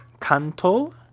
kanto